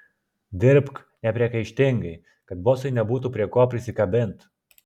dirbk nepriekaištingai kad bosui nebūtų prie ko prisikabint